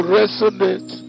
resonate